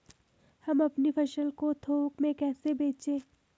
हम अपनी फसल को थोक में कैसे बेचें?